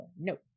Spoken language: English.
Nope